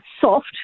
soft